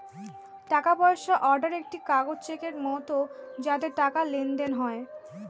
টাকা পয়সা অর্ডার একটি কাগজ চেকের মত যাতে টাকার লেনদেন হয়